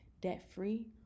debt-free